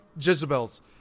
Jezebel's